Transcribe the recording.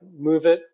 MoveIt